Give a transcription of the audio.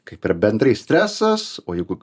kaip ir bendrai stresas o jeigu